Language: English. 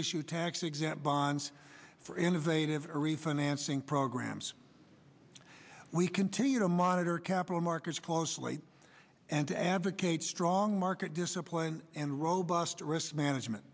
issue tax exempt bonds for innovative or refinancing programs and we continue to monitor capital markets closely and to advocate strong market discipline and robust risk management